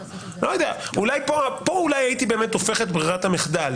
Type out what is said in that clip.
אז אולי פה הייתי באמת הופך את ברירת המחדל,